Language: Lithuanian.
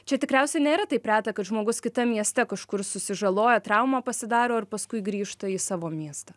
čia tikriausiai nėra taip reta kad žmogus kitam mieste kažkur susižaloja traumą pasidaro ir paskui grįžta į savo miestą